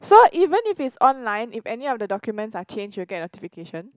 so even if it's online if any of the documents are changed you'll get a notification